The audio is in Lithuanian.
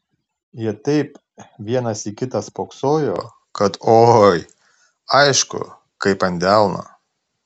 jie taip vienas į kitą spoksojo kad oi aišku kaip ant delno